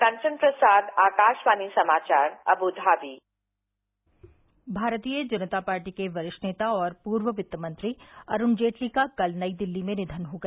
कवन प्रसार आकाशवाणी समाचार अब् धाबी भारतीय जनता पार्टी के वरिष्ठ नेता और पूर्व वित्त मंत्री अरुण जेटली का कल नई दिल्ली में निधन हो गया